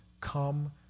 come